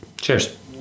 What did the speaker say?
Cheers